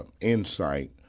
insight